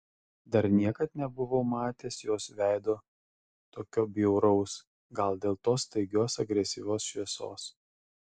dar niekad nebuvau matęs jos veido tokio bjauraus gal dėl tos staigios agresyvios šviesos